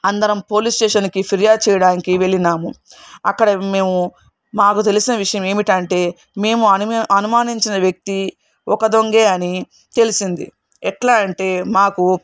అందరం పోలీస్ స్టేషన్కి ఫిర్యాదు చేయడానికి వెళ్ళినాము అక్కడ మేము మాకు తెలిసిన విషయం ఏమిటంటే మేము అనుమా అనుమానించిన వ్యక్తి ఒక దొంగే అని తెలిసింది ఎట్లా అంటే మాకు